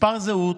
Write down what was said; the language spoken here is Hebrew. מספר זהות,